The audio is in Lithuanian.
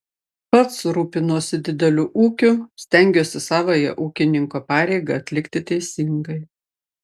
pats rūpinuosi dideliu ūkiu stengiuosi savąją ūkininko pareigą atlikti teisingai